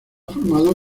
formado